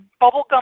Bubblegum